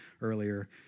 earlier